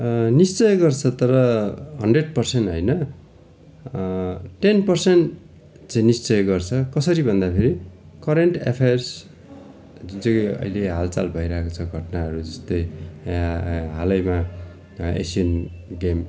निश्चय गर्छ तर हन्ड्रेड पर्सेन्ट होइन टेन पर्सेन्ट चाहिँ निश्चय गर्छ कसरी भन्दा फेरि करेन्ट एफियर्स जुन चाहिँ अहिले हालचाल भइरहेको छ घटनाहरू जस्तै हालैमा एसियन गेम